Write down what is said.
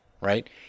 right